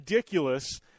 ridiculous